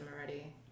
already